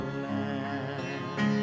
land